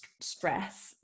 stress